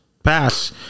Pass